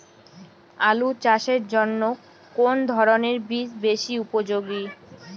আলু চাষের জন্য কোন ধরণের বীজ বেশি উপযোগী?